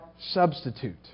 substitute